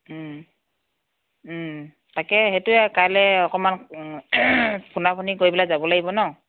তাকে সেইটোৱে কাইলৈ অকণমান ফোনা ফোনি কৰি পেলাই যাব লাগিব ন'